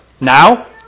Now